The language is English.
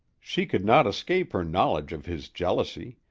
she could not escape her knowledge of his jealousy,